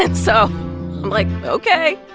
and so i'm like, ok.